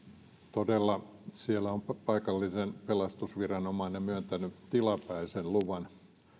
siellä todella paikallinen pelastusviranomainen on myöntänyt tilapäisen luvan